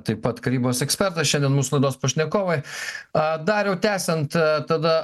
taip pat karybos ekspertas šiandien mūsų laidos pašnekovai a dariau tęsiant tada